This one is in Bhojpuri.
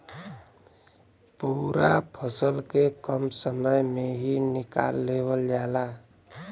पूरा फसल के कम समय में ही निकाल लेवल जाला